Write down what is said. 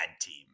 team